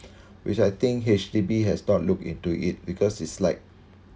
which I think H_D_B has not looked into it because it's like